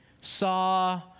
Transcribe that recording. saw